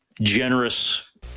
generous